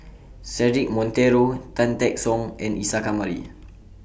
Cedric Monteiro Tan Teck Soon and Isa Kamari